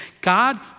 God